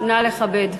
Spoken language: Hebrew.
נא לכבד.